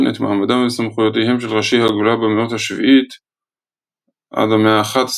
את מעמדם וסמכויותיהם של ראשי הגולה במאות ה-7–המאה ה-11,